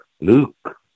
Luke